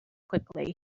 quickly